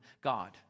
God